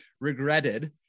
regretted